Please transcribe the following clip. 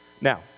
Now